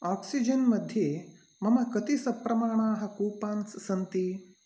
oxygen मध्ये मम कति सप्रमाणाः कूपान्स् सन्ति